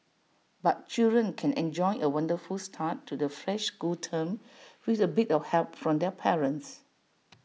but children can enjoy A wonderful start to the fresh school term with A bit of help from their parents